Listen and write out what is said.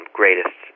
greatest